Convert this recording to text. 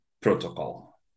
protocol